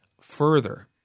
further